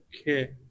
okay